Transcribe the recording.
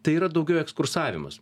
tai yra daugiau ekskursavimas